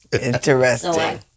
Interesting